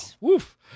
woof